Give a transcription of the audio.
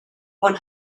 one